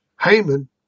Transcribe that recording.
Haman